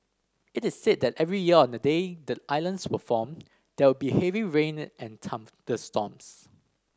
it is said that every year on the day the islands were formed there would be heavy rain and thunderstorms